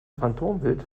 phantombild